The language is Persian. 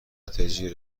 نتایجی